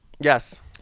Yes